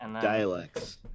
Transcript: Dialects